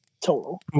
total